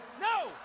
No